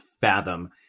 fathom